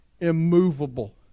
immovable